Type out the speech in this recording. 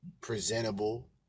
presentable